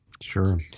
sure